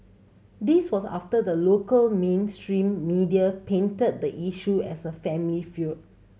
this was after the local mainstream media painted the issue as a family feud